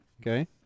Okay